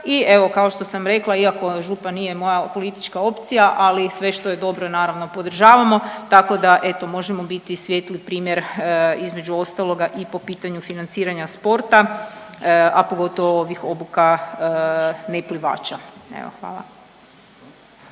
i evo kao što sam rekla iako … nije moja politička opcija, ali sve što je dobro naravno podržavamo tako da eto možemo biti svijetli primjer između ostaloga i po pitanju financiranja sporta, a pogotovo ovih obuka neplivača. Evo hvala.